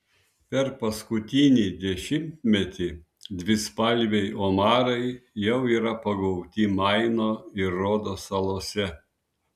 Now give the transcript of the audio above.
per paskutinį dešimtmetį dvispalviai omarai jau yra pagauti maino ir rodo salose